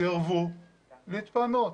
סירבו להתפנות.